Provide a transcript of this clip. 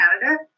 Canada